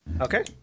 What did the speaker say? Okay